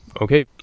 Okay